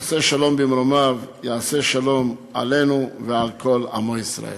עושה שלום במרומיו יעשה שלום עלינו ועל כל עמו ישראל.